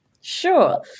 Sure